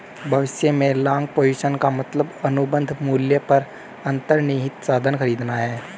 भविष्य में long position का मतलब अनुबंध मूल्य पर अंतर्निहित साधन खरीदना है